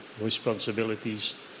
responsibilities